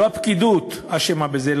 לא הפקידות אשמה בזה,